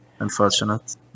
Unfortunate